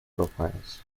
profiles